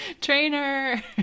Trainer